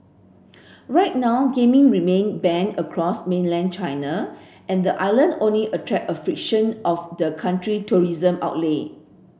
right now gaming remain banned across mainland China and the island only attract a fraction of the country tourism outlay